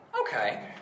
Okay